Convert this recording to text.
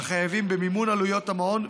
של החייבים במימון עלויות המעון,